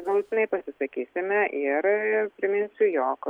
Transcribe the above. galutinai pasisakysime ir priminsiu jog